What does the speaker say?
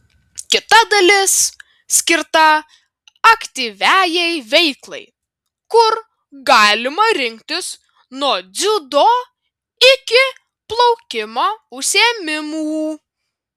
kita dalis skirta aktyviajai veiklai kur galima rinktis nuo dziudo iki plaukimo užsiėmimų